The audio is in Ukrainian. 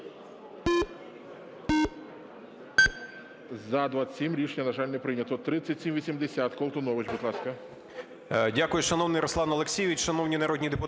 За-27 Рішення, на жаль, не прийнято. 3780, Колтунович, будь ласка.